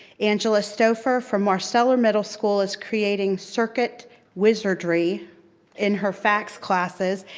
angela stouffer from marsteller middle school is creating circuit wizardry in her fax classes.